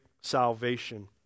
salvation